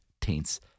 taints